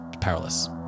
Powerless